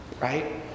right